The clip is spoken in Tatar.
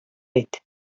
әйт